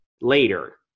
later